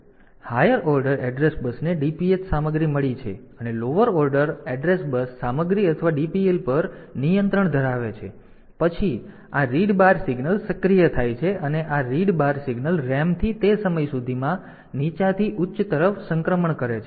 તેથી high order address બસને DPH ની સામગ્રી મળી છે અને લોઅર એડ્રેસ બસ સામગ્રી અથવા DPL પર નિયંત્રણ ધરાવે છે અને પછી આ રીડ બાર સિગ્નલ સક્રિય થાય છે અને આ રીડ બાર સિગ્નલ RAM થી તે સમય સુધીમાં નીચાથી ઉચ્ચ તરફ સંક્રમણ કરે છે